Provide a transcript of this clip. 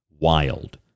wild